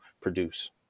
produce